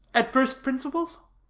at first principles?